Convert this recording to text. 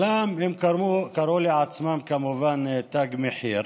הם קראו לעצמם כמובן "תג מחיר".